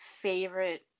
favorite